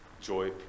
joy